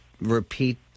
repeat